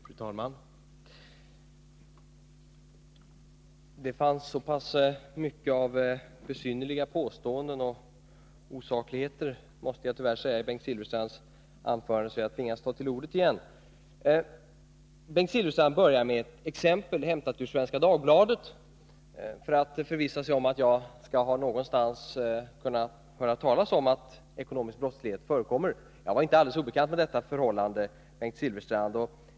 Fru talman! Det fanns så pass mycket av besynnerliga påståenden och osakligheter, måste jag tyvärr säga, i Bengt Silfverstrands anförande att jag tvingas ta till orda igen. Bengt Silfverstrand började med ett exempel, hämtat ur Svenska Dagbladet, för att förvissa sig om att jag någonstans skulle ha kunnat höra talas om att ekonomisk brottslighet förekommer. Jag var inte alldeles obekant med detta förhållande, Bengt Silfverstrand.